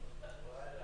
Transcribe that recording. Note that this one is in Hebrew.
בבוקר,